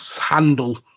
handle